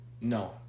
No